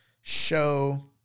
Show